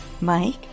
Mike